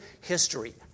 history